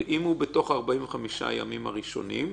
אם הוא בתוך 45 הימים הראשונים,